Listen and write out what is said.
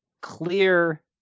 clear